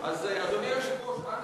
אדוני היושב-ראש,